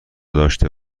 داشته